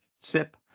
sip